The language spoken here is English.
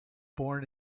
born